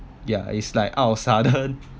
ya it's like out of sudden